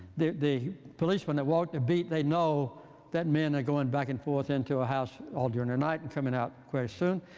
the the policeman that walk the beat they know that men are going back and forth into a house all during the night and coming out quite soon.